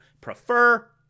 prefer